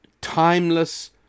timeless